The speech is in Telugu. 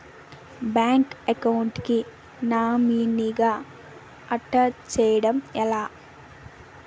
బ్యాంక్ అకౌంట్ కి నామినీ గా అటాచ్ చేయడం ఎలా?